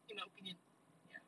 in my opinion ya